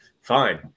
fine